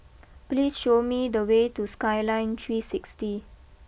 please show me the way to Skyline three sixty